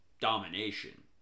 domination